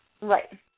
Right